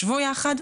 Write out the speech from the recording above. שבו יחד,